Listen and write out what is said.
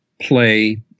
play